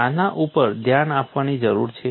આના ઉપર ધ્યાન આપવાની જરૂર છે